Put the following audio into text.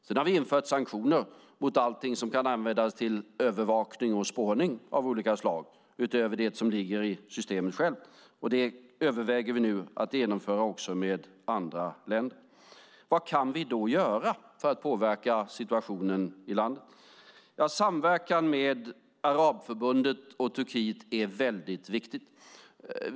Sedan har vi infört sanktioner mot allting som kan användas till övervakning och spårning av olika slag utöver det som ligger i systemet självt. Det överväger vi nu att genomföra också med andra länder. Vad kan vi då göra för att påverka situationen i landet? Samverkan med Arabförbundet och Turkiet är väldigt viktigt.